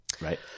right